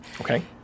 okay